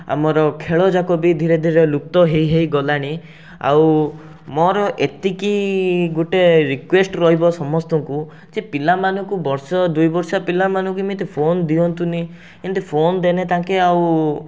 ଆମର ଖେଳ ଯାକ ବି ଧିରେ ଧିରେ ଲୁପ୍ତ ହେଇ ହେଇ ଗଲାଣି ଆଉ ମୋର ଏତିକି ଗୋଟେ ରିକୁୱେଷ୍ଟ୍ ରହିବ ସମସ୍ତଙ୍କୁ ଯେ ପିଲାମାନଙ୍କୁ ବର୍ଷ ଦୁଇ ବର୍ଷିଆ ପିଲାମାନଙ୍କୁ ଏମିତି ଫୋନ୍ ଦିଅନ୍ତୁନି ଏମିତି ଫୋନ୍ ଦେଲେ ତାଙ୍କେ ଆଉ